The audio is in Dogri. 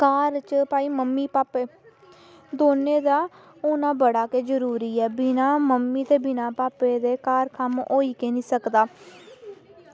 घर च पाई मम्मी भापै ई दौने दा होना ते बड़ा गै जरूरी ऐ बिना मम्मी ते बिना भापै दे घर कम्म होई गै निं सकदा